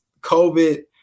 COVID